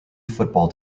football